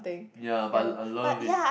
ya but I I love it